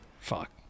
fuck